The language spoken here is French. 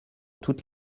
toute